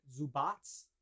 Zubats